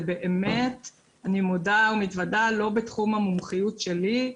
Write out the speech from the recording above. אני מודה ומתוודה שזה לא בתחום המומחיות שלי.